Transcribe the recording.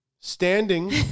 standing